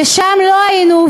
ושם לא היינו,